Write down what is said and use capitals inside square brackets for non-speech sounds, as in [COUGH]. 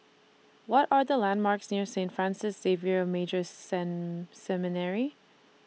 What Are The landmarks near Saint Francis Xavier Major [UNINTELLIGIBLE] Seminary